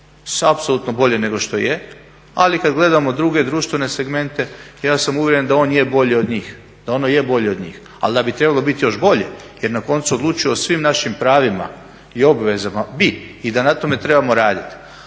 apsolutno bolje nego što je, ali kada gledamo druge društvene segmente ja sam uvjere da on je bolji od njih, da ono je bolje od njih. Ali da bi trebalo biti još bolje jer na koncu odlučuje o svim našim pravima i obvezama, bi i da na tome trebamo raditi.